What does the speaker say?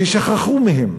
ששכחו מהם.